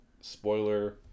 spoiler